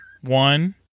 one